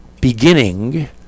beginning